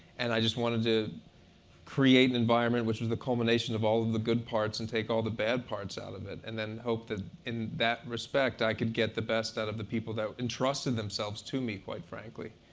and i just wanted to create an environment which was the culmination of all of the good parts and take all the bad parts out of it, and then hope that, in that respect, i could get the best out of the people that entrusted themselves to me, quite frankly.